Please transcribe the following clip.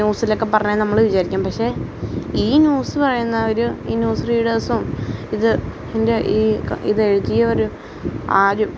ന്യൂസിലൊക്കെ പറഞ്ഞതാണെന്ന് നമ്മള് വിചാരിക്കും പക്ഷെ ഈ ന്യൂസ് പറയുന്നവര് ഈ ന്യൂസ് റീഡേഴ്സും ഇത് ഇതിന്റെ ഈ ക ഇത് എഴുതിയവരും ആരും